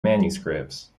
manuscripts